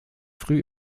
früh